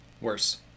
Worse